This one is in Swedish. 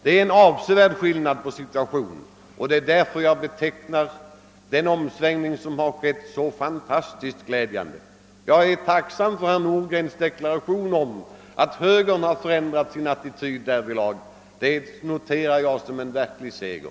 Det är en avsevärd skillnad och det är därför jag betecknar den omsvängning som ägt rum som fantastiskt glädjande. Jag är tacksam för herr Nordgrens deklaration, att högern ändrat sin attityd därvidlag och noterar det som en seger.